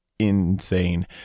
insane